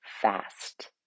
fast